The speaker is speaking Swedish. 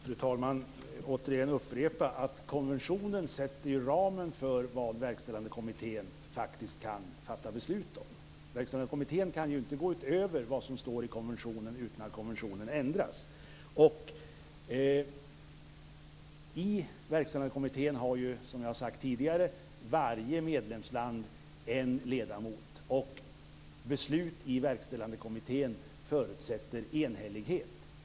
Fru talman! Återigen: Konventionen sätter ramen för vad verkställande kommittén faktiskt kan fatta beslut om. Verkställande kommittén kan inte gå utöver vad som står i konventionen utan att denna ändras. I Verkställande kommittén har, som jag tidigare sagt, varje medlemsland en ledamot. Beslut i Verkställande kommittén förutsätter enhällighet.